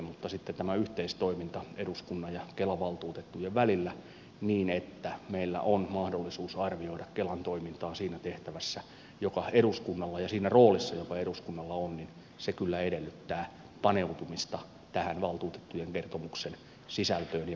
mutta sitten tämä yhteistoiminta eduskunnan ja kela valtuutettujen välillä niin että meillä on mahdollisuus arvioida kelan toimintaa siinä tehtävässä ja roolissa joka eduskunnalla on kyllä edellyttää paneutumista tähän valtuutettujen kertomuksen sisältöön ja muotoon